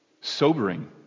Sobering